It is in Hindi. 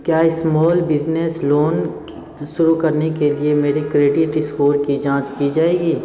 क्या स्मौल बिज़नेस लोन शुरू करने के लिए मेरे क्रेडिट स्कोर की जाँच की जाएगी